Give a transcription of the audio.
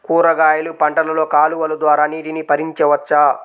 కూరగాయలు పంటలలో కాలువలు ద్వారా నీటిని పరించవచ్చా?